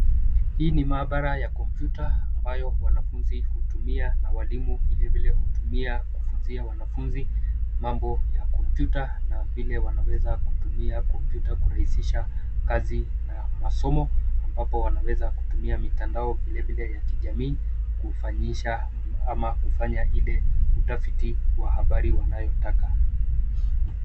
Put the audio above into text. Hii ni maabara ya kompyuta ambayo wanafunzi hutumia na vilevile walimu hutumia kufunzia wanafunzi mambo ya kompyuta na vile wanaeza kutumia kompyuta kurahisisha kazi na masomo ambapo wanaweza kutumia mitandao vilevile ya kijamii kufanyisha ama kufanya ile utafiti wa habari wanayotaka.